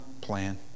plan